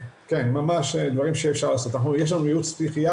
יש כאלה שלא יכולים להיות בבית שלהם בגלל מרדף אחרי